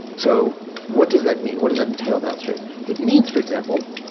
so what does that mean? what does that entail downstream? it means, for example,